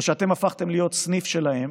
או שאתם הפכתם לסניף שלהם,